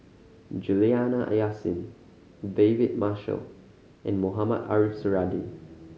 Juliana Yasin David Marshall and Mohamed Ariff Suradi